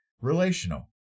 relational